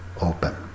open